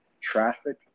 Traffic